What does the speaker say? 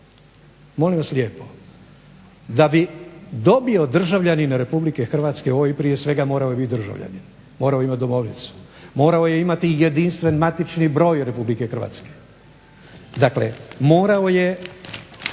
Molim vas lijepo, da bi dobio državljanin Republike Hrvatske OIB prije svega morao je bit državljanin, morao je imat domovnicu, morao je imati jedinstven matični broj Republike Hrvatske.